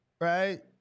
right